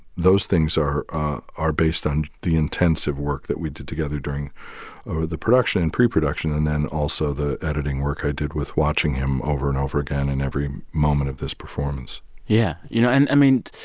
those things are are based on the intensive work that we did together during the production and pre-production and then also the editing work i did with watching him over and over again in every moment of this performance yeah. you know, and i mean,